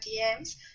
dms